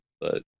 but-